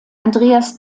andreas